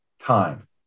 time